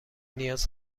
نیاز